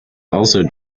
also